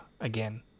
again